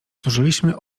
zużyliśmy